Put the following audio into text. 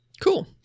Cool